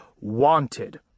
Wanted